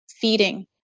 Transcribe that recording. Feeding